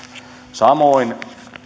samoin